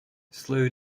slow